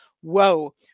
Whoa